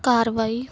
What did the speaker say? ਕਾਰਵਾਈ